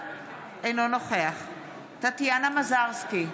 אינו נוכח טטיאנה מזרסקי,